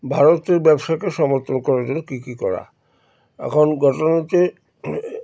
ভারতের ব্যবসাকে সমর্থন করার জন্য কী কী করা এখন ঘটনা হচ্ছে